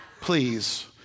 Please